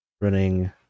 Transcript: running